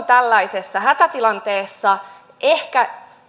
tällaisessa hätätilanteessa ehkä